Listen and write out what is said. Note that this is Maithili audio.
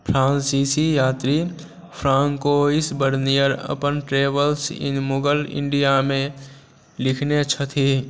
फ्रान्सीसी यात्री फ्रान्कोइस बर्निअर अपन ट्रेवल्स इन मुगल इण्डियामे लिखने छथि